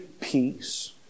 peace